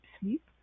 sleep